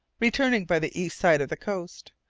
returning by the east side of the coast.